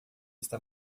está